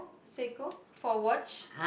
Seiko for watch